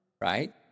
right